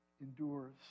endures